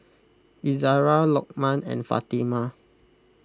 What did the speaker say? Izzara Lokman and Fatimah